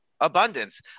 abundance